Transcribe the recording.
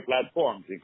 platforms